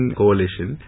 coalition